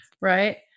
Right